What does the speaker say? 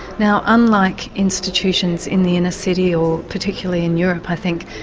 now unlike institutions in the inner city, or particularly in europe i think,